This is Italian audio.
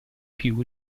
più